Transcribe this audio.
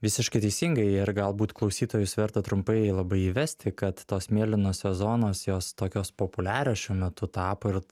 visiškai teisingai ir galbūt klausytojus verta trumpai labai įvesti kad tos mėlynosios zonos jos tokios populiarios šiuo metu tapo ir